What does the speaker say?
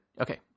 Okay